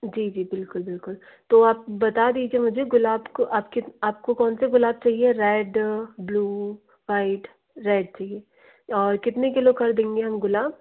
जी जी बिल्कुल बिल्कुल तो आप बता दीजिए मुझे गुलाब आप कि आपको कौनसे गुलाब चाहिए रैड ब्लू वाइट रैड चाहिए और कितने किलो खरीदेंगे हम गुलाब